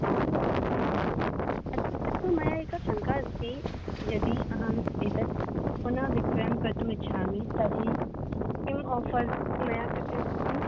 आं अस् अस्तु मया एक शङ्का अस्ति यदि अहम् एतत् पुनः विक्रयं कर्तुम् इच्छामि तर्हि किं ओफर् मया कृते भवति